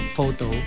photo